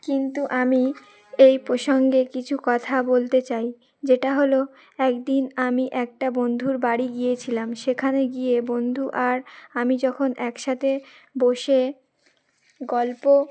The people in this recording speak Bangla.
কিন্তু আমি এই প্রসঙ্গে কিছু কথা বলতে চাই যেটা হলো একদিন আমি একটা বন্ধুর বাড়ি গিয়েছিলাম সেখানে গিয়ে বন্ধু আর আমি যখন একসাথে বসে গল্প